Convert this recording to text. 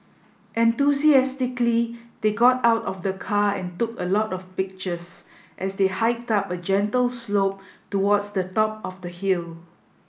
enthusiastically they got out of the car and took a lot of pictures as they hiked up a gentle slope towards the top of the hill